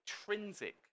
intrinsic